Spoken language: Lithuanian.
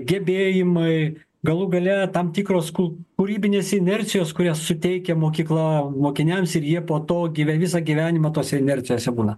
gebėjimai galų gale tam tikros ku kūrybinės inercijos kurias suteikia mokykla mokiniams ir jie po to give visą gyvenimą tose inercijose būna